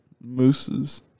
Mooses